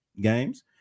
games